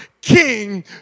king